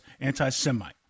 anti-Semite